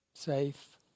safe